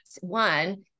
one